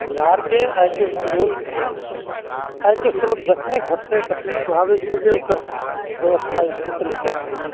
बिहारके आयके श्रोत घटल छै आयके श्रोत जखने घटतइ तखने स्वाभाविक छै जे ओकर व्यवस्था जे छै से लचर भऽ जेतय